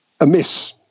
amiss